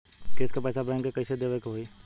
किस्त क पैसा बैंक के कइसे देवे के होई?